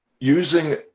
using